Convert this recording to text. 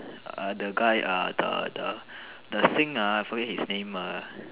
err the guy uh the the the sing ah I forgot his name ah